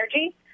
energy